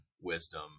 wisdom